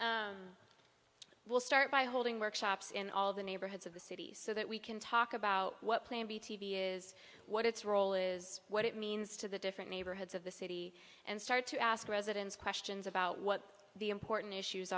beginning we'll start by holding workshops in all the neighborhoods of the city so that we can talk about what plan b t v is what its role is what it means to the different neighborhoods of the city and start to ask residents questions about what the important issues